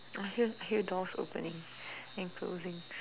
I hear hear doors opening and closing